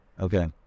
Okay